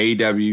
AW